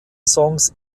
songs